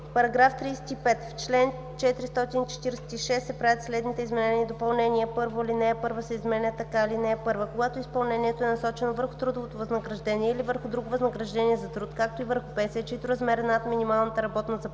I: „§ 35. В чл. 446 се правят следните изменения и допълнения: 1. Алинея 1 се изменя така: „(1) Когато изпълнението е насочено върху трудовото възнаграждение или върху друго възнаграждение за труд, както и върху пенсия, чийто размер е над минималната работна заплата,